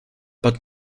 but